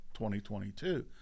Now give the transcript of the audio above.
2022